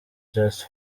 just